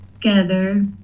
together